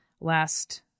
Last